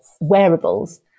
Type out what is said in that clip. wearables